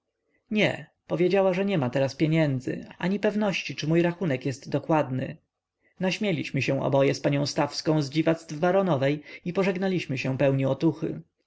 nie powiedziała że nie ma teraz pieniędzy ani pewności czy mój rachunek jest dokładny naśmieliśmy się oboje z panią stawską z dziwactw baronowej i pożegnaliśmy się pełni otuchy